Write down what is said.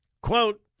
Quote